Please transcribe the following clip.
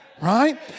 right